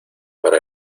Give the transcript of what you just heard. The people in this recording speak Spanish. para